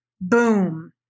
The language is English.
boom